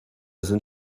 sind